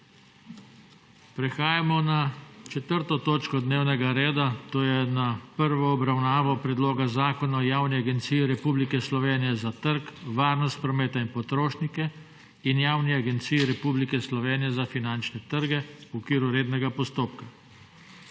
prekinjeno 4. točko dnevnega reda, to je s prvo obravnavo Predloga zakona o Javni agenciji Republike Slovenije za trg, varnost prometa in potrošnike in Javni agenciji Republike Slovenije za finančne trge.** Prehajamo na